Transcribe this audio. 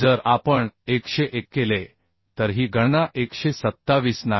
जर आपण 101 केले तर ही गणना 127 नाही